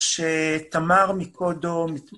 כשתמר מקודו